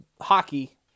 hockey